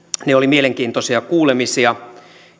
ne olivat mielenkiintoisia kuulemisia